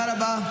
תודה רבה.